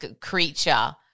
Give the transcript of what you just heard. creature